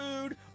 food